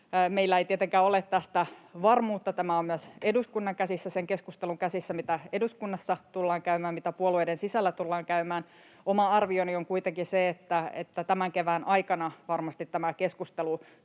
Meillä ei tietenkään ole tästä varmuutta. Tämä on myös eduskunnan käsissä, sen keskustelun käsissä, mitä eduskunnassa tullaan käymään, mitä puolueiden sisällä tullaan käymään. Oma arvioni on kuitenkin se, että tämän kevään aikana varmasti tämä keskustelu